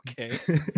Okay